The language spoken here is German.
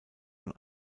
von